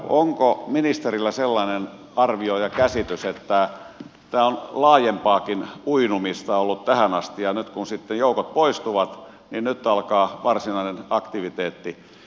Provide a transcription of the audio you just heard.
onko ministerillä sellainen arvio ja käsitys että tämä on laajempaakin uinumista ollut tähän asti ja nyt kun sitten joukot poistuvat alkaa varsinainen aktiviteetti